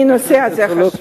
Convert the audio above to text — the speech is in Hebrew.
אלא בנושא החשוב הזה.